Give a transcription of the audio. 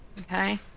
Okay